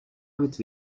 with